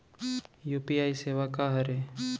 UPI सेवा का हरे?